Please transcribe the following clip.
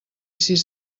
sis